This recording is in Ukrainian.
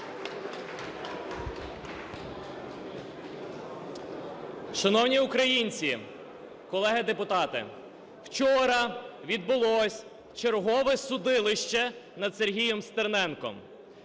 Шановні українці, колеги депутати! Вчора відбулось чергове судилище над Сергієм Стерненком.